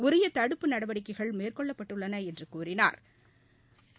உரிய தடுப்பு நடவடிக்கைகள் மேற்கொள்ளப்பட்டுள்ளன என்று கூறினாா்